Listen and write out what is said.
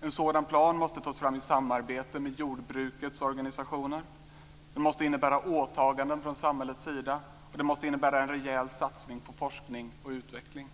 En sådan plan måste tas fram i samarbete med jordbrukets organisationer. Den måste innebära åtaganden från samhällets sida, och den måste innebära en rejäl satsning på forskning och utveckling.